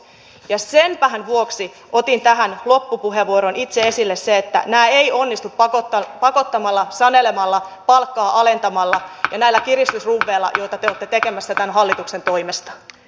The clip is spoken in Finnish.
ja senpähän vuoksi otin tähän loppupuheenvuoroon itse esille sen että nämä eivät onnistu pakottamalla sanelemalla palkkaa alentamalla ja näillä kiristysruuveilla joita te olette tekemässä tämän hallituksen toimesta